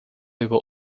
über